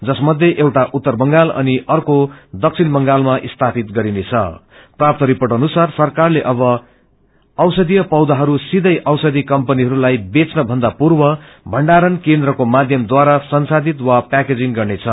जसमध्ये एउटा उत्तर बंगाल अनि अर्को दश्यि बंगालमा स्थापित गरिनेछ प्राप्त रिर्पोट अनुसारसरकारले अब औषधिय पौषहरू सीथै बौषधी कम्पनीहरूलाई बुच्न भन्दा पूर्व भएडारण केन्द्रको माध्यमद्वारा संसाधित वा पैकिजिंग गर्नेद